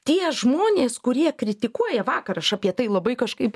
tie žmonės kurie kritikuoja vakar aš apie tai labai kažkaip